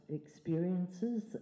experiences